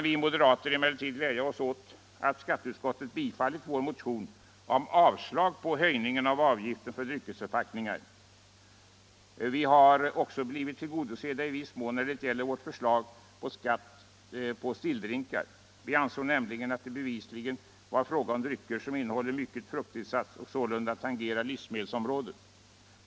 Vi moderater kan emellertid glädja oss åt att skatteutskottet har tillstyrkt vår motion om avslag på förslaget om höjning av avgiften för dryckesförpackningar. Våra önskemål har också i viss mån blivit tillgodosedda när det gäller vårt avslagsyrkande i fråga om skatt på stilldrinkar. Vi ansåg nämligen att det bevisligen var fråga om drycker som innehåller stor frukttillsats och sålunda tangerar livsmedelsområdet.